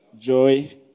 joy